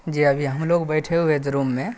جی ابھی ہم لوگ بیٹھے ہوئے تھے روم میں